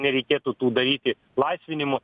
nereikėtų tų daryti laisvinimų